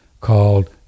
called